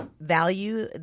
value